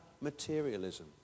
materialism